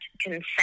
consent